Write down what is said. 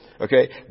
okay